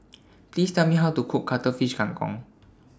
Please Tell Me How to Cook Cuttlefish Kang Kong